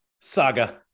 saga